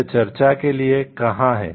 यह चर्चा के लिए कहां है